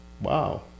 wow